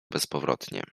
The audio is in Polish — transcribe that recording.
bezpowrotnie